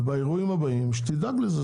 ובאירועים הבאים שתדאג לזה.